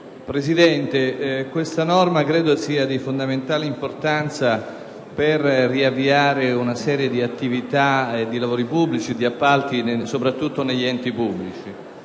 Presidente, questa è una norma di fondamentale importanza per riavviare una serie di attività, di lavori pubblici e di appalti, soprattutto negli enti pubblici.